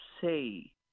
say